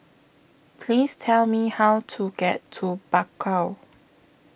Please Tell Me How to get to Bakau